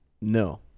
No